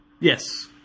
Yes